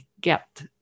get